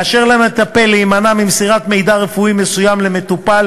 לאשר למטפל להימנע ממסירת מידע רפואי מסוים למטופל